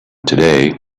today